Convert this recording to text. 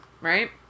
right